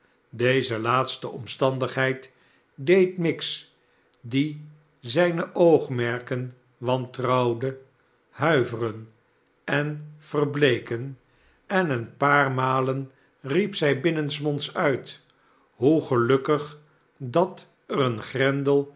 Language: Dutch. deze laatste omstandigheid deed miggs die zijne oogmerken wantrouwde huiveren en verbleeken en een paar malen riep zij binnensmonds uit hoe gelukkig dat er een grendel